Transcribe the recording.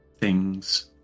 thing's